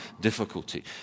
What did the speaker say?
difficulty